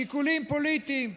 שיקולים פוליטיים,